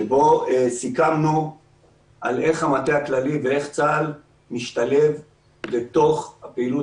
שבה סיכמנו איך המטה הכללי ואיך צה"ל משתלב אל תוך הפעילות